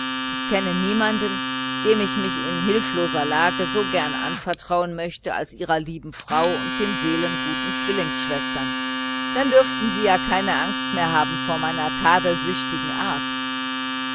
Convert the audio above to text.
ich kenne niemand dem ich mich in hilfloser lage so gern anvertrauen möchte als ihrer lieben frau und den seelenguten zwillingsschwestern dann dürften sie ja keine angst mehr haben vor meiner kritischen art